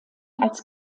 als